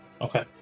Okay